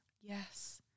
Yes